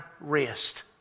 rest